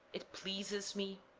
it pleases me